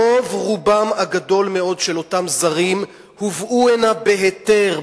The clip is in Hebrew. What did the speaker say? רוב רובם הגדול מאוד של אותם זרים הובאו הנה בהיתר,